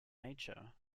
nature